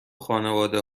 خانواده